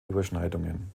überschneidungen